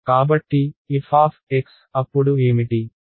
కాబట్టి f అప్పుడు ఏమిటి